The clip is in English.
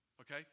Okay